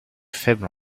faible